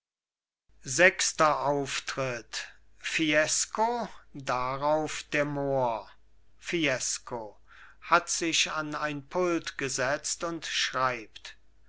sechster auftritt fiesco darauf der mohr fiesco hat sich an ein pult gesetzt und schreibt